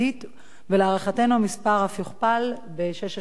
ולהערכתנו המספר אף יוכפל בשש השנים הבאות.